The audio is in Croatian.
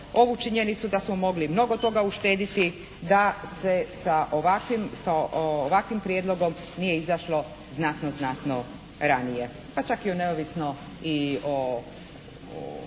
ovu činjenicu da smo mogli mnogo toga uštediti. Da se sa ovakvim, sa ovakvim prijedlogom nije izašlo znatno, znatno ranije. Pa čak i u, neovisno i o